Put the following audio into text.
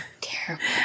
terrible